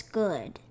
good